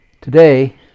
today